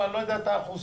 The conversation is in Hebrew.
אני לא יודע את האחוזים,